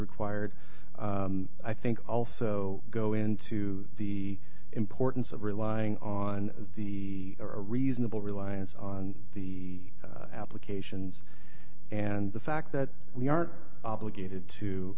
required i think also go into the importance of relying on the a reasonable reliance on the applications and the fact that we are obligated to